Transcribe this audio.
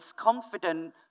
confident